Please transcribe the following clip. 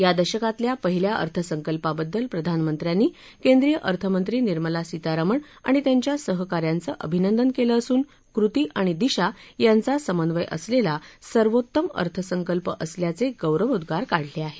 या दशकातल्या पहिल्या अर्थसंकल्पाबद्दल प्रधानमंत्र्यांनी केंद्रीय अर्थमंत्री निर्मला सीतारमण आणि त्यांच्या सहकार्यांच अभिनंदन केलं असून कृती आणि दिशा यांचा समन्वय असलेला सर्वोत्तम अर्थसंकल्प असल्याचे गौरवोद्वार काढले आहेत